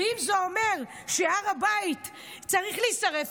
ואם זה אומר שהר הבית צריך להישרף,